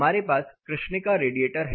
हमारे पास कृष्णिका रेडिएटर है